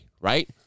right